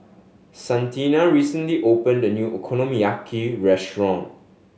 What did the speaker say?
Santina recently opened a new Okonomiyaki restaurant